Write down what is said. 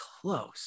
close